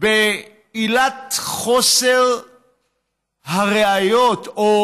בעילת חוסר הראיות, או